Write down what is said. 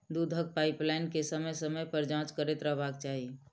दूधक पाइपलाइन के समय समय पर जाँच करैत रहबाक चाही